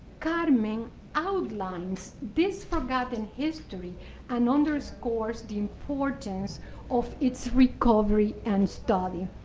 carmen outlines this forgotten history and underscores the importance of its recovery and study.